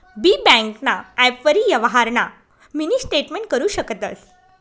बी ब्यांकना ॲपवरी यवहारना मिनी स्टेटमेंट करु शकतंस